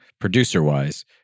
producer-wise